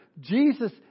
Jesus